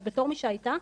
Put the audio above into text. אז בתור מי שהייתה,